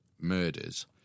murders